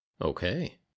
Okay